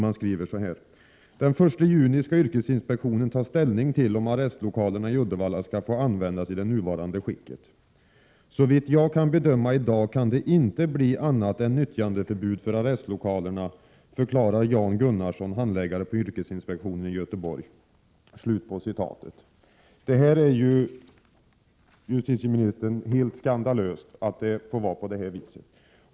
Man skriver så här: ”Den 1 juni ska yrkesinspektionen ta ställning till om arrestlokalerna i Uddevalla ska få användas i det nuvarande skicket. — Så vitt jag kan bedöma i dag kan det inte bli annat än nyttjandeförbud för arrestlokalerna, förklarar Jan Gunnarsson, handläggare på yrkesinspektionen i Göteborg.” Det är, justitieministern, helt skandalöst att det får vara på det här viset.